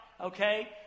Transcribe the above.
okay